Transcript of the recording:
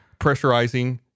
pressurizing